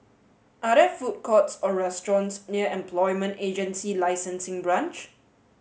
are there food courts or restaurants near Employment Agency Licensing Branch